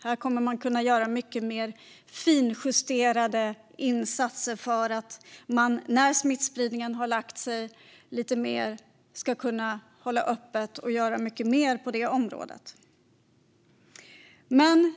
Här kommer man att kunna göra mycket mer finjusterade insatser för att man, när smittspridningen har lagt sig lite mer, ska kunna hålla öppet och göra mycket mer på det området.